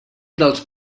dels